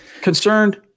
Concerned